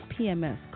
PMS